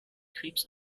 krebs